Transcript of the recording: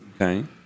Okay